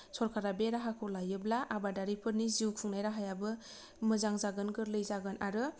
सरकारा बे राहाखौ लायोब्ला आबादारिफोरनि जिउ खुंनाय राहायाबो मोजां जागोन गोरलै जागोन आरो